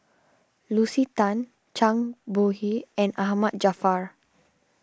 Lucy Tan Zhang Bohe and Ahmad Jaafar